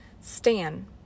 Stan